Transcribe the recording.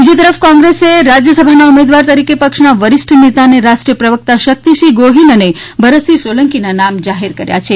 બીજી તરફ કોંગ્રેસ રાજ્યસભાના ઉમેદવાર તરીકે પક્ષના વરિષ્ઠ નેતા અને રાષ્ટ્રીય પ્રવક્તા શક્તિસિંહ ગોહિલ અને ભરતસિંહ સોલંકીના નામ જાહેર કરાયા છે